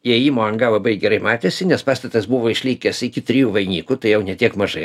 įėjimo anga labai gerai matėsi nes pastatas buvo išlikęs iki trijų vainikų tai jau ne tiek mažai